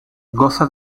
goza